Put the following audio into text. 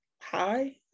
hi